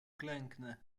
klęknę